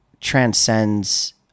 transcends